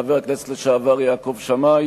חבר הכנסת לשעבר יעקב שמאי,